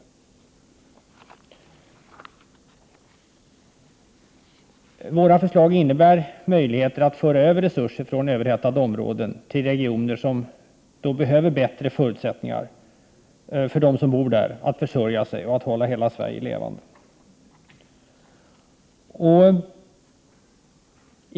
Våra förslag innebär möjligheter att föra över resurser från överhettade områden till regioner som behöver bättre förutsättningar för dem som bor där att försörja sig och hålla hela Sverige levande.